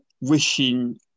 wishing